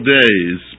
days